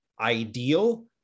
ideal